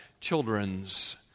children's